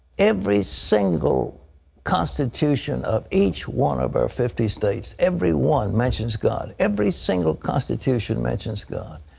every single constitution of each one of our fifty states every one mentions god. every single constitution mentions god.